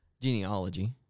genealogy